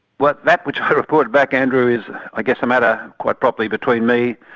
well, that which i reported back, andrew, is i guess a matter, quite properly between me,